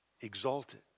exalted